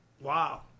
Wow